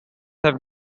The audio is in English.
have